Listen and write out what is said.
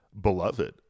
beloved